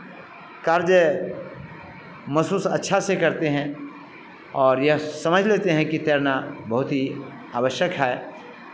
कार्य महसूस अच्छा से करते हैं और यह समझ लेते हैं कि तैरना बहुत ही आवश्यक है